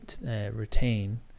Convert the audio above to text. retain